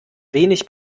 wenig